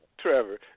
Trevor